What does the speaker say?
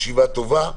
ישיבה טובה,